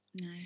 No